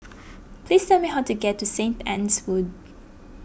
please tell me how to get to Saint Anne's Wood